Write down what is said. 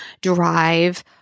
drive